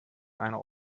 einer